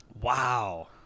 Wow